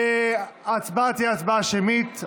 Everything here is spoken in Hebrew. ההצבעה תהיה הצבעה שמית.